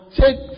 take